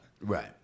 Right